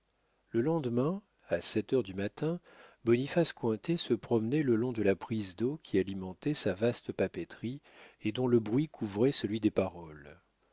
le lendemain à sept heures du matin boniface cointet se promenait le long de la prise d'eau qui alimentait sa vaste papeterie et dont le bruit couvrait celui des paroles